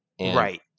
right